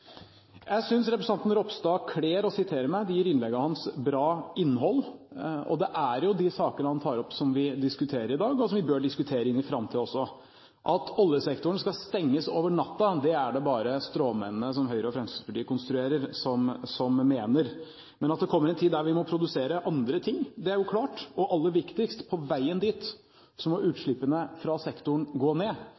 Jeg synes representanten Ropstad kler å sitere meg. Det gir innlegget hans bra innhold. Og det er jo de sakene han tar opp, som vi diskuterer i dag, og som vi bør diskutere også inn i framtiden. At oljesektoren skal stenges over natten, er det bare stråmennene som Høyre og Fremskrittspartiet konstruerer, som mener. Men at det kommer en tid da vi må produsere andre ting, er klart, og aller viktigst: På veien dit må